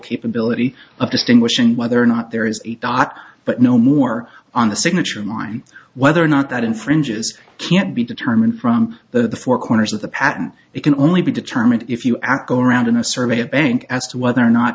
capability of distinguishing whether or not there is a dot but no more on the signature line whether or not that infringes can't be determined from the four corners of the patent it can only be determined if you add go around in a survey of bank as to whether or not